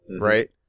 right